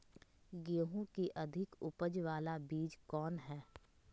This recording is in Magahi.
गेंहू की अधिक उपज बाला बीज कौन हैं?